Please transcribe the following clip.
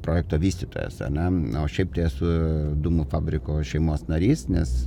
projekto vystytojas ane o šiaip tai esu dūmų fabriko šeimos narys nes